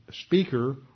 speaker